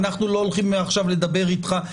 אנחנו לא הולכים מעכשיו לדבר איתך,